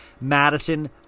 Madison